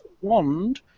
wand